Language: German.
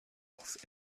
auf